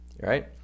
right